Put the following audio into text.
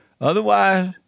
Otherwise